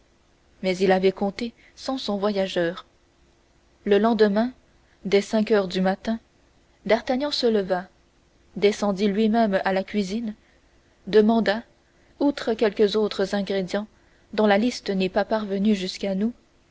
mais il avait compté sans son voyageur le lendemain dès cinq heures du matin d'artagnan se leva descendit lui-même à la cuisine demanda outre quelques autres ingrédients dont la liste n'est pas parvenue jusqu'à nous